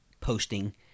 posting